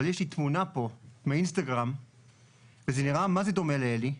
אבל יש לי תמונה פה מהאינסטגרם וזה נראה מה זה דומה לאלי".